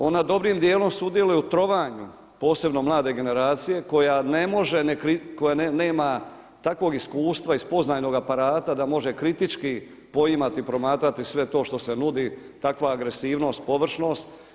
Ona dobrim djelom sudjeluje u trovanju posebno mlade generacije koja ne može, koja nema takvog iskustva iz spoznajnog aparata da može kritički poimati, promatrati sve to što se nudi, takva agresivnost, površnost.